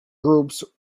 groups